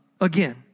again